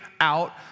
out